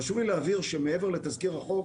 חשוב לי להבהיר שמעבר לתזכיר החוק